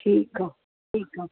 ठीकु आहे ठीकु आहे